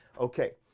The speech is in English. okay,